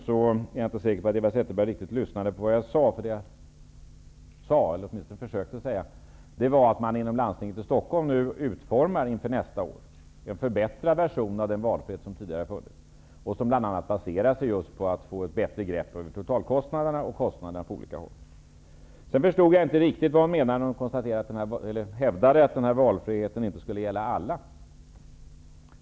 Jag är inte säker på att Eva Zetterberg riktigt lyssnade på vad jag sade, nämligen att man inom Stockholms läns landsting inför nästa år håller på att utforma en förbättrad version av den valfrihet som tidigare har funnits. Man koncentrerar sig på att få ett bättre bättre grepp om totalkostnaderna. Jag förstod inte riktigt vad Eva Zetterberg menade när hon hävdade att denna valfrihet inte skulle gälla alla.